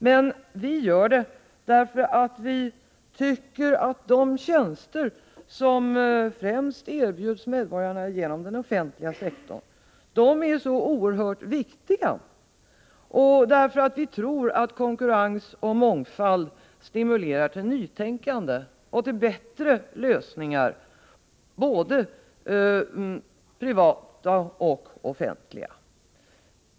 Men vi gör det därför att vi tycker att de tjänster som främst erbjuds medborgarna genom den offentliga sektorn är så oerhört viktiga och därför att vi tror att konkurrens och mångfald stimulerar till nytänkande och till bättre lösningar, 62 både privata och offentliga.